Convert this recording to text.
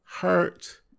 hurt